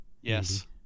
Yes